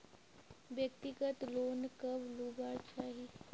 व्यक्तिगत लोन कब लुबार चही?